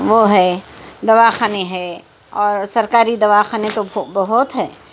وہ ہے دوا خانے ہے اور سرکاری دوا خانے تو بہت ہیں